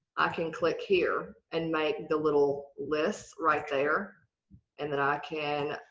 i can click here and make the little list right there and then i can